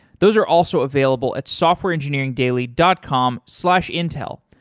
those are also available at softwareengineeringdaily dot com slash intel.